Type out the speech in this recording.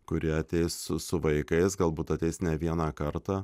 kurie ateis su su vaikais galbūt ateis ne vieną kartą